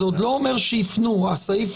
בבתי החולים שיפתור את זה בבתי החולים,